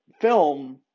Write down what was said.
film